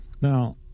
Now